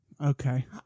Okay